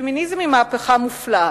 פמיניזם היא מהפכה מופלאה.